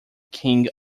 king